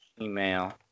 email